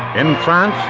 in france,